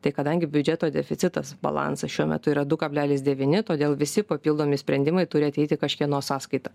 tai kadangi biudžeto deficitas balansas šiuo metu yra du kablelis devyni todėl visi papildomi sprendimai turi ateiti kažkieno sąskaita